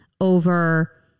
over